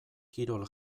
kirol